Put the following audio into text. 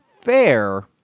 fair